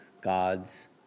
God's